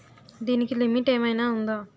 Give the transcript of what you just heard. దీనికి లిమిట్ ఆమైనా ఉందా?